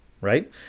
Right